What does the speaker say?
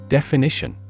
Definition